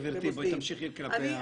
בבקשה גברתי, תמשיכי כלפי המטרה.